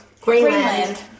Greenland